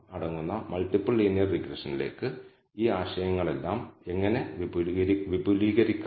നമ്മൾ അത് multi linear കേസിലേക്ക് വിപുലീകരിക്കും മറ്റ് അനുമാനങ്ങൾ മോശം ഡാറ്റയുടെ സ്വാധീനം എന്നിവയും ഇനിപ്പറയുന്ന ലെക്ച്ചറിൽ നമ്മൾ നോക്കും